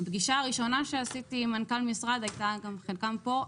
פגישה ראשונה שעשיתי עם מנכ"ל משרד הייתה גם עם חלקם פה,